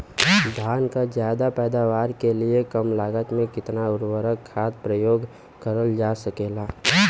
धान क ज्यादा पैदावार के लिए कम लागत में कितना उर्वरक खाद प्रयोग करल जा सकेला?